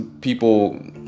people